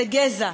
זה גזע.